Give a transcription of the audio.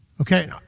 Okay